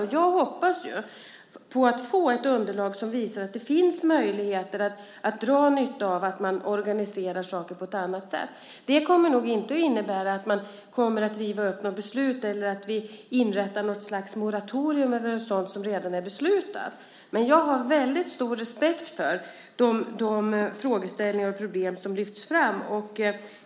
Jag hoppas att få ett underlag som visar att det finns möjligheter att dra nytta av att man organiserar saker på ett annat sätt. Det kommer nog inte att innebära att man river upp beslut eller att vi inrättar något slags moratorium över sådant som redan är beslutat. Jag har väldigt stor respekt för de frågeställningar och problem som lyfts fram.